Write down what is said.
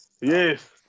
Yes